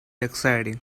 exciting